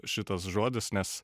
šitas žodis nes